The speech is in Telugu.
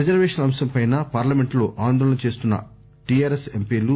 రిజర్వేషన్ల అంశంపై పార్లమెంటులో ఆందోళన చేస్తున్న టీఆర్ఎస్ ఎంపీలు